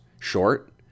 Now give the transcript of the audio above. short